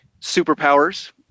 superpowers